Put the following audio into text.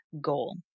goal